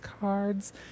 cards